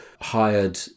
hired